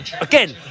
Again